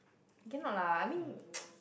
cannot lah I mean